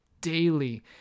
daily